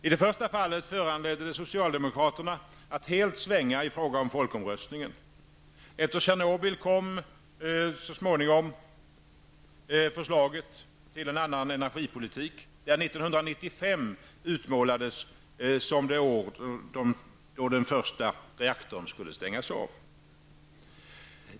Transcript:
I det första fallet föranledde det socialdemokraterna att helt svänga i frågan om folkomröstningen. Efter Tjernobyl kom så småningom förslag till en annan energipolitik, där 1995 utmålades som år för första reaktorns avstängning.